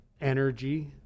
energy